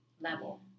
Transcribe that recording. level